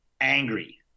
angry